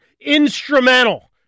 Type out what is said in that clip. instrumental